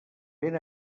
ben